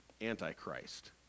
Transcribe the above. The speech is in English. Antichrist